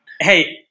Hey